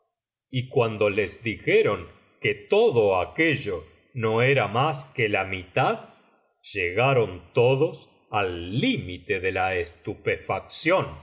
y cuando les dijeron que todo aquello no era mas que la mitad llegaron todos al límite de la